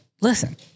listen